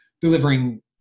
delivering